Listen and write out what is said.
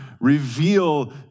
reveal